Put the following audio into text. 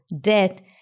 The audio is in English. debt